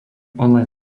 online